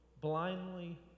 blindly